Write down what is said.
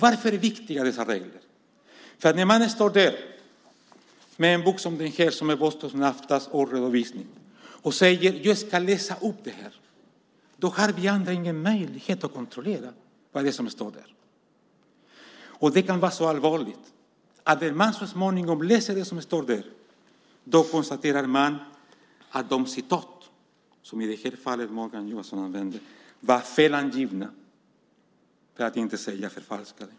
Varför är då dessa regler viktiga? Jo, därför att när mannen står där med Vostok Naftas årsredovisning och läser har vi andra ingen möjlighet att kontrollera vad som står där. Det är så allvarligt att man så småningom kunnat konstatera att de citat som Morgan Johansson använde var fel angivna, för att inte säga förfalskade.